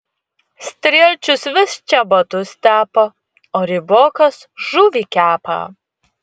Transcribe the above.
strielčius vis čebatus tepa o rybokas žuvį kepa